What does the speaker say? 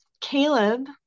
Caleb